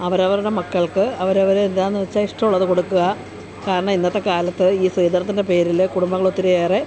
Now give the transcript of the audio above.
അവരവരുടെ മക്കൾക്ക് അവരവർ എന്താണെന്ന് വെച്ചാൽ ഇഷ്ടം ഉള്ളത് കൊടുക്കുക കാരണം ഇന്നത്തെ കാലത്ത് ഈ സ്ത്രീധനത്തിൻ്റെ പേരിൽ കുടുംബങ്ങൾ ഒത്തിരിയേറെ